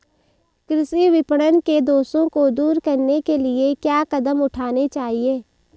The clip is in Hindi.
कृषि विपणन के दोषों को दूर करने के लिए क्या कदम उठाने चाहिए?